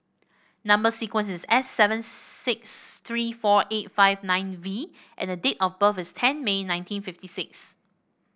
number sequence is S seven six three four eight five nine V and date of birth is ten May nineteen fifty six